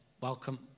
welcome